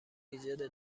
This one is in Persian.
ایجاد